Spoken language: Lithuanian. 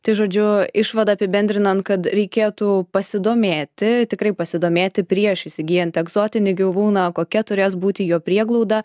tai žodžiu išvada apibendrinant kad reikėtų pasidomėti tikrai pasidomėti prieš įsigyjant egzotinį gyvūną kokia turės būti jo prieglauda